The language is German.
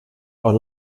auch